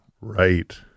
Right